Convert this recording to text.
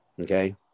Okay